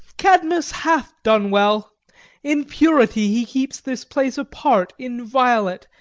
cadmus hath done well in purity he keeps this place apart, inviolate,